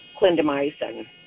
clindamycin